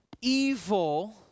evil